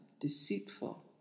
deceitful